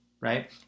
right